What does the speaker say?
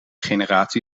generatie